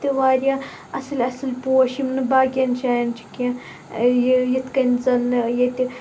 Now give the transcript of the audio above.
تہِ واریاہ اصٕل اصٕل پوش یِم نہٕ باقِیَن جایَن چھِ کیٚنٛہہ یہِ یِتھ کَنۍ زَنہٕ ییٚتہِ